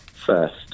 First